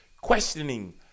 questioning